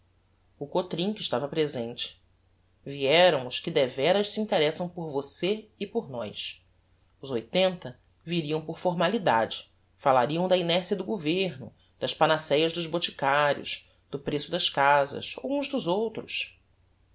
o cotrim que estava presente vieram os que devéras se interessam por você é por nós os oitenta viriam por formalidade falariam da inercia do governo das panacéas dos boticarios do preço das casas ou uns dos outros